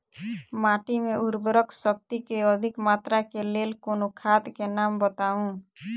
माटि मे उर्वरक शक्ति केँ अधिक मात्रा केँ लेल कोनो खाद केँ नाम बताऊ?